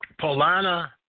Polana